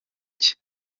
cye